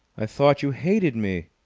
i thought you hated me!